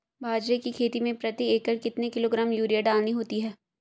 बाजरे की खेती में प्रति एकड़ कितने किलोग्राम यूरिया डालनी होती है?